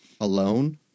Alone